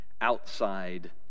outside